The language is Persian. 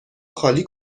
خالی